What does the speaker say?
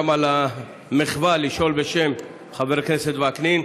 גם על המחווה לשאול בשם חבר הכנסת וקנין.